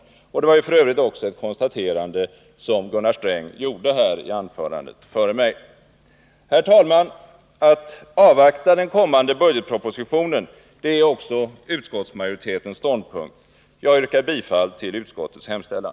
Det var f.ö. också ett konstaterande som Gunnar Sträng gjorde i anförandet nyss. Herr talman! Att avvakta den kommande budgetpropositionen är också utskottsmajoritetens ståndpunkt. Jag yrkar bifall till utskottets hemställan.